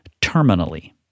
terminally